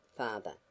father